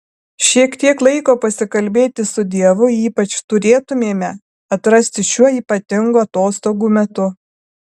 šiek tiek laiko pasikalbėti su dievu ypač turėtumėme atrasti šiuo ypatingu atostogų metu